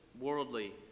worldly